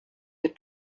your